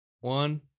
one